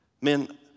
Men